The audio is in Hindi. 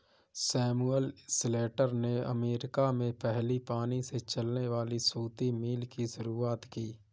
सैमुअल स्लेटर ने अमेरिका में पहली पानी से चलने वाली सूती मिल की शुरुआत की